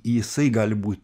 jisai gali būt